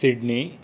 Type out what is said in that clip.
Sydney